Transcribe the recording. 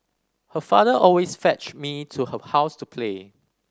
her father always fetched me to her house to play